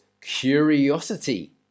curiosity